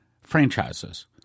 franchises